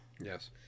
Yes